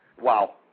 Wow